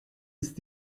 ist